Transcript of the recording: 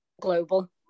global